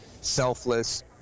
selfless